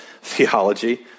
theology